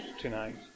tonight